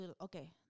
okay